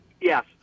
Yes